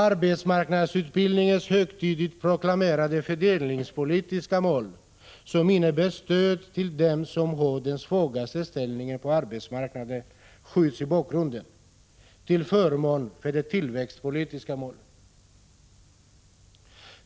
Arbetsmarknadsutbildningens högtidligt proklamerade fördelningspolitiska mål, som innebär stöd till dem som har den svagaste ställningen på arbetsmarknaden, skjuts i bakgrunden till förmån för de tillväxtpolitiska målen.